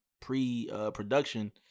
Pre-production